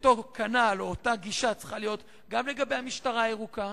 כנ"ל או אותה גישה צריכה להיות גם לגבי המשטרה הירוקה,